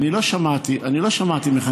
אני לא שמעתי ממך.